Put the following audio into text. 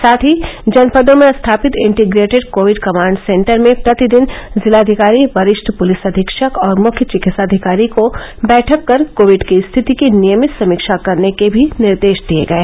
साथ ही जनपदों में स्थापित इन्टीग्रेटेड कोविड कमाण्ड सेण्टर में प्रतिदिन जिलाधिकारी वरिष्ठ पुलिस अधीक्षक और मुख्य चिकित्साधिकारी को बैठक कर कोविड की स्थिति की नियमित समीक्षा करने के भी निर्देश दिए गए हैं